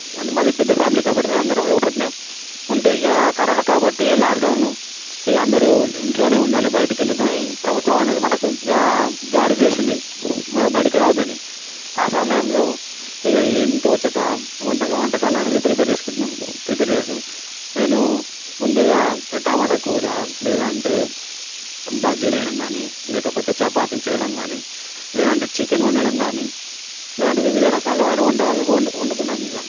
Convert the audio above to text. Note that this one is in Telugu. అంటే మాది మరి పెద్ద ఫ్యామిలీ కాబట్టి మేము అందరం లోపలే ఉంటే ఇక కరోనా కాబట్టి లాక్ డౌన్ ఇక అందరు ఇంట్లోనే ఉండాలి బయటికి వెళ్ళ వద్దని ప్రభుత్వం అనేది మనకు జా జారీ చేసింది బడికి రావద్దు అని ఆ సమయంలో ఇక ఏమి తోచక వంటకం వంటకాలు అనేది ప్రిపేర్ చేసుకుంటున్నాం ప్రిపేర్ చేస్తాం నేను ముందుగా టమాటా కూర లేదంటే బజ్జీలు వేయడం కానీ లేకపోతే చపాతీలు చేయడం కానీ లేదంటే చికెన్ వండడం కానీ లేదంటే వివిధ రకాల అయినా వంటకాలు వండు వండుకున్నాం ఇక